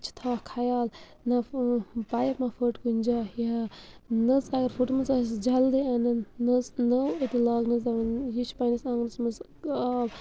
چھِ تھاوان خَیال نہ پایِپ مہ پھٕٹ کُنہِ جایہِ یا نٔژ اگر پھٕٹمٕژ آسٮ۪س جلدی اَنٕن نٔژ نٔو أتی لاگنَس دَپان یہِ چھِ پنٛنِس آنٛگنَس منٛز آب